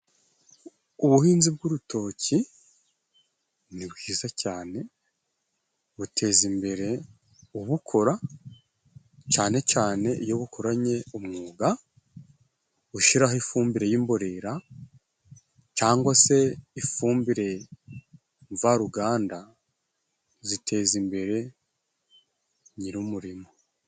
Ubuhinzi bw'urutoki ni bwiza cyane, butezimbere ubukora cane cane iyo bukoranye umwuga, gushyiraho ifumbire y'imborera cyangwa se ifumbire mvaruganda ziteza imbere nyiri umurima.